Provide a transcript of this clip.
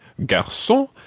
garçon